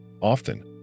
Often